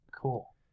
Cool